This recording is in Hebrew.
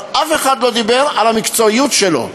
אבל אף אחד לא דיבר על המקצועיות שלו.